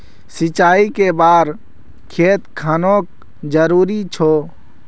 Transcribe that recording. सिंचाई कै बार खेत खानोक जरुरी छै?